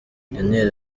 daniel